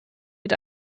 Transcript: mit